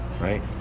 right